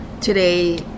Today